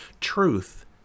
Truth